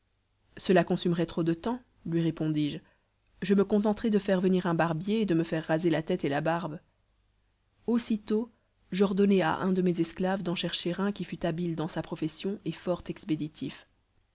cela consumerait trop de temps lui répondis-je je me contenterai de faire venir un barbier et de me faire raser la tête et la barbe aussitôt j'ordonnai à un de mes esclaves d'en chercher un qui fût habile dans sa profession et fort expéditif